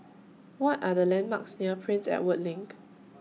What Are The landmarks near Prince Edward LINK